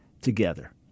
together